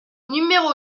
numéro